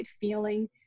feeling